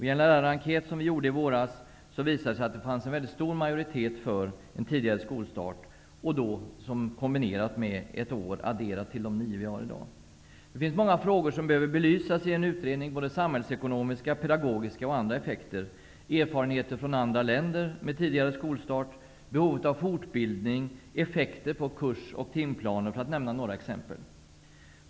I en lärarenkät som Folkpartiet gjorde i våras visade det sig att det fanns en mycket stor majoritet för en tidigare skolstart kombinerat med ett år adderat till de nio vi har i dag. Det finns många frågor som behöver belysas i en utredning: samhällsekonomiska, pedagogiska och andra effekter, erfarenheter från andra länder med tidigare skolstart, behovet av fortbildning, effekter på kurs och timplaner, för att nämna några exempel.